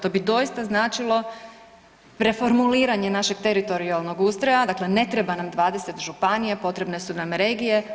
To bi doista značilo preformuliranje našeg teritorijalnog ustroja, dakle ne treba nam 20 županija, potrebne su nam regije.